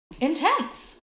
intense